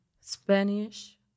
Spanish